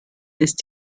ist